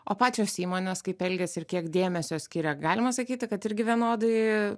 o pačios įmonės kaip elgiasi ir kiek dėmesio skiria galima sakyti kad irgi vienodai